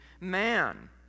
man